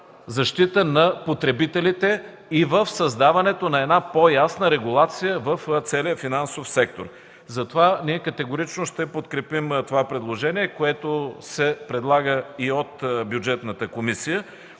защита на потребителите и за създаването на по-ясна регулация в целия финансов сектор. Затова категорично ще подкрепим това предложение, което се прави и от Бюджетната комисия.